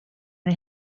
ein